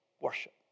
worship